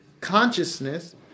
consciousness